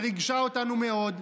וריגשה אותנו מאוד,